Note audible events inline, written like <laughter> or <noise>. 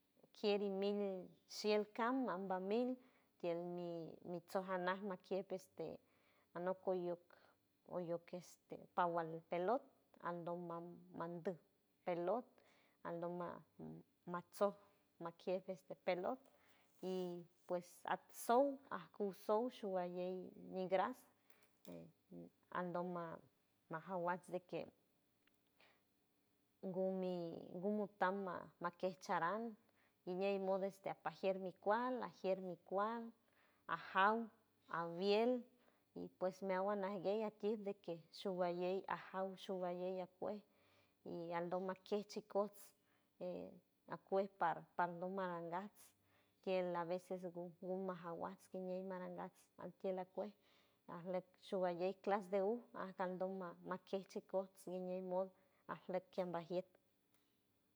Kieri mil shiel cam mamba mil tield mi mitso janac makier este anok coyok oyok que este pawand pelot aldon man mandu pelot aldoma <hesitation> matso makier este pelot y pues atsow acusor shuguayey nigras e y aldoma majaguas de que gumi guma tama naquecharan guiñey moda este apajier mi cual ajier mi cual ajaw avield y pues meawand naguey akir de que shuguayey ajaw shuguayey acuey y aldoma keij chikots e acuej par pardoma arangas kiel a veces gu guma jaguas guiñey arangas alkiel acues arlek shuguayey klas de uj ajan donma aqueshi cost guiñey moda arlok kambajiel.